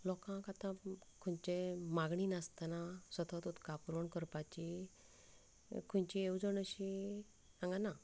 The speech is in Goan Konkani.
लोकांक आतां खंयचेंय मागणी नासतना सतत उदका पुरवण करपाची खंयचीय येवजण अशी हांगा ना